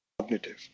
cognitive